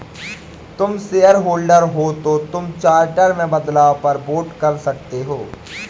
तुम शेयरहोल्डर हो तो तुम चार्टर में बदलाव पर वोट कर सकते हो